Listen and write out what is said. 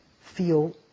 feel